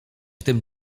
tym